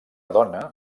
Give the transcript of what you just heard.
dona